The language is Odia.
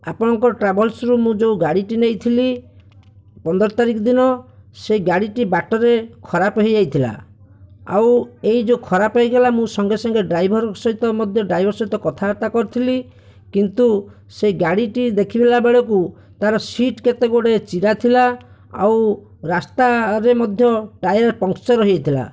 ଆପଣଙ୍କ ଟ୍ରାଭେଲ୍ସରୁ ମୁଁ ଯେଉଁ ଗାଡ଼ିଟି ନେଇଥିଲି ପନ୍ଦର ତାରିଖ ଦିନ ସେ ଗାଡ଼ିଟି ବାଟରେ ଖରାପ ହୋଇଯାଇଥିଲା ଆଉ ଏହି ଯେଉଁ ଖରାପ ହୋଇଗଲା ମୁଁ ସଙ୍ଗେ ସଙ୍ଗେ ଡ୍ରାଇଭର ସହିତ ମଧ୍ୟ ଡ୍ରାଇଭର ସହିତ କଥାବାର୍ତ୍ତା କରିଥିଲି କିନ୍ତୁ ସେ ଗାଡ଼ିଟି ଦେଖିଲା ବେଳକୁ ତାର ସିଟ୍ କେତେ ଗୁଡ଼ାଏ ଚିରା ଥିଲା ଆଉ ରାସ୍ତାରେ ମଧ୍ୟ ଟାୟାର ପମ୍ପଚର ହେଇଯାଇଥିଲା